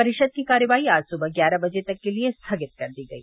परिषद की कार्यवाही आज सुबह ग्यारह बजे तक के लिए स्थगित कर दी गई